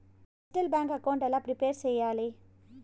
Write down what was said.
Digital bank account ఎలా prepare సెయ్యాలి?